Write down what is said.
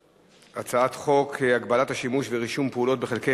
הצעת חוק הגבלת השימוש ורישום פעולות בחלקי